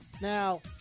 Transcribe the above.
Now